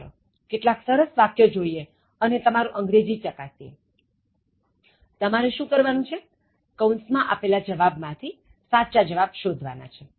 ચાલો કેટલાક સરસ વાક્યો જોઈએ અને તમારું અંગ્રેજી ચકાસીએ તમારે શું કરવાનું છે કૌસ માં આપેલા જવાબ માંથી સાચા જવાબ શોધવાના છે